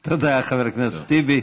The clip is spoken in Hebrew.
תודה, חבר הכנסת טיבי.